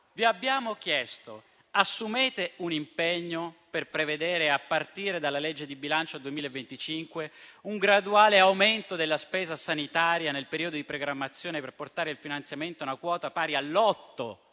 vi abbiamo chiesto se assumete un impegno per prevedere, a partire dalla legge di bilancio 2025, un graduale aumento della spesa sanitaria nel periodo di programmazione per portare il finanziamento a una quota pari all'8